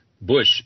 Bush